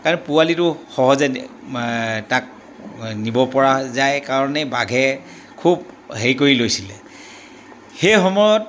কাৰণ পোৱালিটো সহজে তাক নিব পৰা যায় কাৰণেই বাঘে খুব হেৰি কৰি লৈছিলে সেই সময়ত